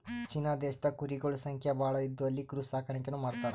China ದೇಶದಾಗ್ ಕುರಿಗೊಳ್ ಸಂಖ್ಯಾ ಭಾಳ್ ಇದ್ದು ಅಲ್ಲಿ ಕುರಿ ಸಾಕಾಣಿಕೆನೂ ಮಾಡ್ತರ್